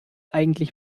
eigentlich